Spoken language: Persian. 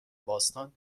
باستان